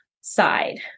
side